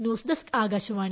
news desk Akashvani